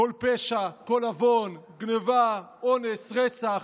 כל פשע, כל עוון, גנבה, אונס, רצח.